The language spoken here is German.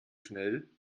schnell